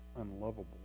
unlovable